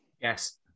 Yes